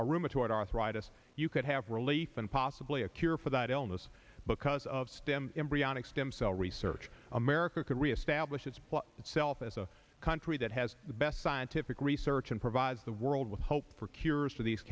or rheumatoid arthritis you could have relief and possibly a cure for that illness because of stem embryonic stem cell research america could reestablish its itself as a country that has the best scientific research and provides the world with hope for cures for these